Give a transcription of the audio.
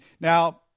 Now